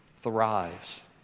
thrives